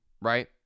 right